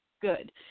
good